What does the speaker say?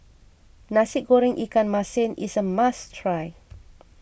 Nasi Goreng Ikan Masin is a must try